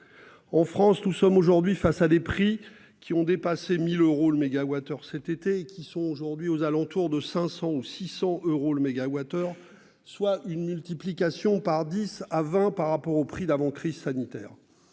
En France, nous sommes aujourd'hui face à des prix qui ont dépassé 1000 euros le mégawattheure cet été et qui sont aujourd'hui aux alentours de 500 ou 600 euros le mégawattheure, soit une multiplication par 10 à 20 par rapport au prix d'avant crise sanitaire.